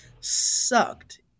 sucked